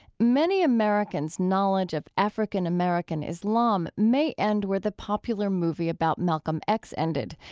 many americans' knowledge of african-american islam may end where the popular movie about malcolm x ended,